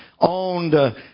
owned